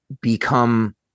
become